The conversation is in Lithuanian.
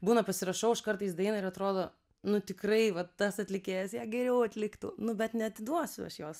būna pasirašau aš kartais dainą ir atrodo nu tikrai va tas atlikėjas ją geriau atliktų nu bet neatiduosiu aš jos